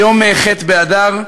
היום ח' באדר,